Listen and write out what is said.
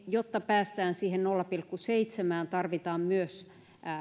jotta päästään siihen nolla pilkku seitsemään tarvitsemme myös